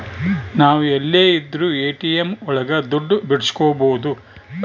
ನಾವ್ ಎಲ್ಲೆ ಇದ್ರೂ ಎ.ಟಿ.ಎಂ ಒಳಗ ದುಡ್ಡು ಬಿಡ್ಸ್ಕೊಬೋದು